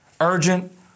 urgent